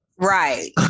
Right